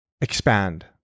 expand